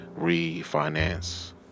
refinance